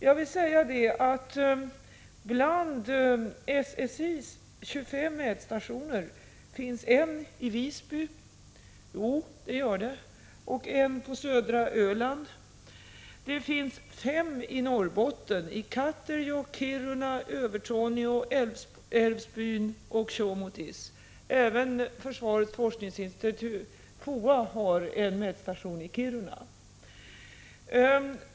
Jag vill säga att bland SSI:s 25 mätstationer finns en i Visby — jo, så är det faktiskt — och en på södra Öland. Det finns fem i Norrbotten: I Katterjåkk, Kiruna, Övertorneå, Älvsbyn och Tjåmotis. Även FOA har en mätstation i Kiruna.